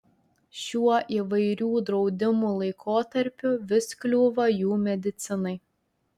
šiuo įvairių draudimų laikotarpiu vis kliūva jų medicinai